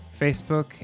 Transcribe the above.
Facebook